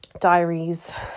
diaries